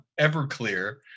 Everclear